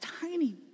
tiny